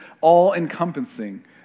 all-encompassing